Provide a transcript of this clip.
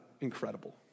incredible